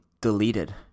deleted